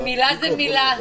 כי מילה זו מילה.